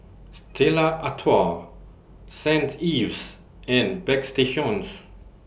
Stella Artois Saint Ives and Bagstationz